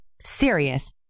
serious